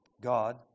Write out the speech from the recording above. God